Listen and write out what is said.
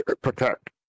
protect